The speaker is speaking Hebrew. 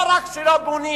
לא רק שלא בונים